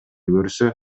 көрсө